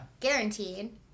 Guaranteed